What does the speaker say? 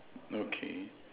okay